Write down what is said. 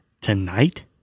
tonight